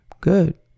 good